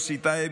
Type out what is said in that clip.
יוסי טייב,